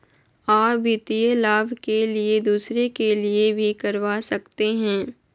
आ वित्तीय लाभ के लिए दूसरे के लिए भी करवा सकते हैं?